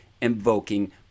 invoking